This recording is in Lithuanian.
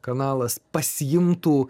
kanalas pasiimtų